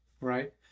Right